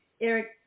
Eric